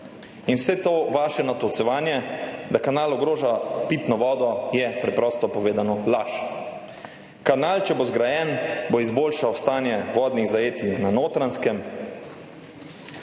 In vse to vaše natolcevanje, da kanal ogroža pitno vodo, je preprosto povedano la. Kkanal, če bo zgrajen, bo izboljšal stanje vodnih zajetij na Notranjskem.